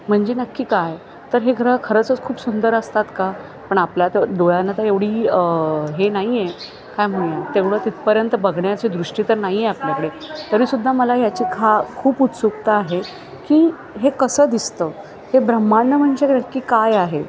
म्हणजे नक्की काय तर हे ग्रह खरंचंच खूप सुंदर असतात का पण आपल्या तर डोळ्यांना तर एवढी हे नाही आहे काय म्हणूया तेवढं तिथपर्यंत बघण्याची दृष्टी तर नाही आहे आपल्याकडे तरीसुद्धा मला याची खा हा खूप उत्सुकता आहे की हे कसं दिसतं हे ब्रम्हांड म्हणजे नक्की काय आहे